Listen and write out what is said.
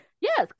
Yes